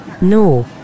No